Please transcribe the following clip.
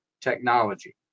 Technology